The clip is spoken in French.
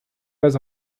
pas